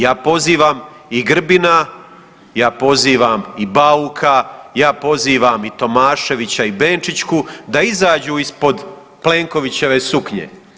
Ja pozivam i Grbina, ja pozivam i Bauka, ja pozivam i Tomaševića i Benčićku da izađu ispod Plenkovićeve suknje.